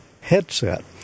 headset